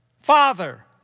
Father